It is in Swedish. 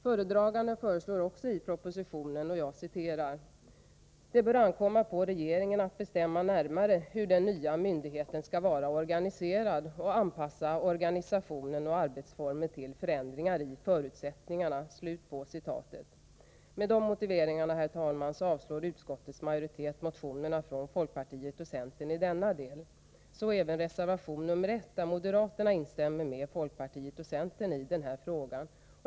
Föredraganden föreslår också i propositionen: ”Det bör ankomma på regeringen att bestämma närmare hur den nya myndigheten skall vara organiserad och anpassa organisationen och arbetsformer till förändringar i förutsättningarna.” Med dessa motiveringar, herr talman, avstyrker utskottets majoritet motionerna från folkpartiet och centern i denna del, så även reservation 1, där moderaterna instämmer med folkpartiet och centern i denna fråga.